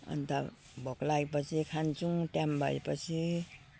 अन्त भोक लागेपछि खान्छौँ टाइम भएपछि